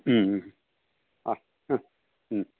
മ്മ് മ്മ് അ അ മ്മ്